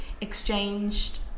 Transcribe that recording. exchanged